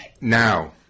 Now